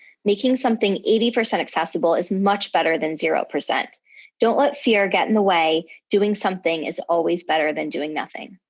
making something eighty percent accessible is much better than zero. don't let fear get in the way. doing something is always better than doing nothing.